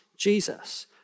Jesus